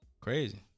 Crazy